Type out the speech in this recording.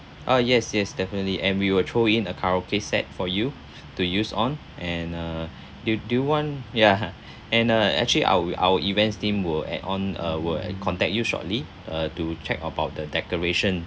uh yes yes definitely and we will throw in a karaoke set for you to use on and uh do do you want ya and uh actually our our events team will add on uh will contact you shortly uh to check about the decoration